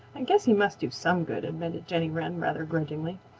i guess he must do some good, admitted jenny wren rather grudgingly.